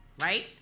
Right